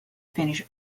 finish